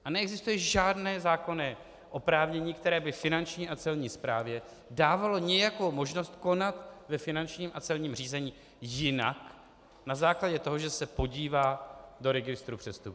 A neexistuje žádné zákonné oprávnění, které by Finanční a Celní správě dávalo nějakou možnost konat ve finančním a celním řízení jinak na základě toho, že se podívá do registru přestupků.